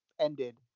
ended